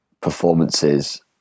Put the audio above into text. performances